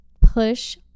push